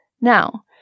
Now